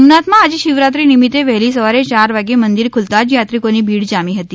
સોમનાથમાં આજે શિવરાત્રી નિમિત્તે વહેલી સવારે ચાર વાગે મંદિર ખુલતાં જ યાત્રીકોની ભીડ જામી હતી